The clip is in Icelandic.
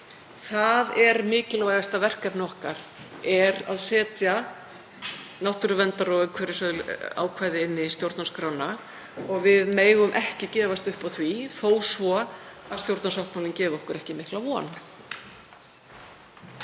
áliti. Mikilvægasta verkefni okkar er að setja náttúruverndar- og umhverfisákvæði í stjórnarskrána og við megum ekki gefast upp á því þó svo að stjórnarsáttmálinn gefi okkur ekki mikla von.